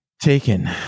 taken